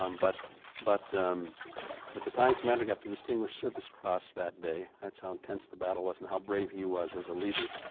um but but the battalion commander got the distinguished service cross that day, that's how intense the battle was and how brave he was as a leader.